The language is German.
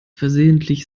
versehentlich